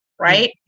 right